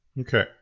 Okay